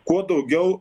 kuo daugiau